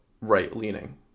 right-leaning